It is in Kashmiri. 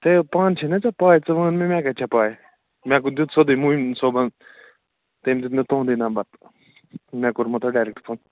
ہے پانہٕ چھیٚے نا ژےٚ پےَ ژٕ وَن مےٚ مےٚ کَتہِ چھِ پےَ مےٚ دیُت سیٚودٕے موٗمِن صٲبَن تٔمۍ دیُت مےٚ تُہُنٛدُے نمبر مےٚ کوٚرمَو تۄہہِ ڈاریکٹ فون